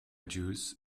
juice